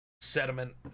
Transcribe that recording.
sediment